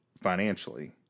financially